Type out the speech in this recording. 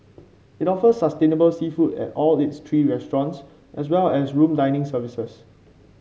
it offers sustainable seafood at all its three restaurants as well as room dining services